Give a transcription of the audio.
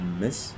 miss